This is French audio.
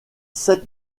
sept